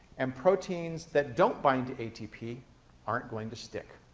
and proteins that don't bind to atp aren't going to stick.